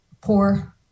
poor